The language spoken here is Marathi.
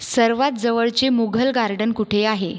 सर्वात जवळचे मुघल गार्डन कुठे आहे